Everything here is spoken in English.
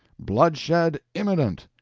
bloodshed imminent!